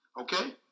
Okay